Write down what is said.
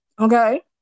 Okay